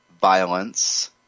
violence